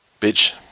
bitch